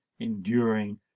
enduring